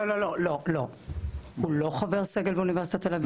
לא לא, הוא לא חבר סגל באוניברסיטת תל אביב.